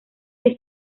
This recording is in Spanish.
que